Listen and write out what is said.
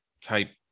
type